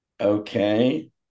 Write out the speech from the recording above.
Okay